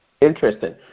Interesting